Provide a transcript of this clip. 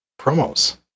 promos